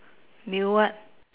new what